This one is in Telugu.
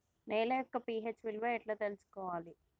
నేల యొక్క పి.హెచ్ విలువ ఎట్లా తెలుసుకోవాలి?